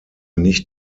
nicht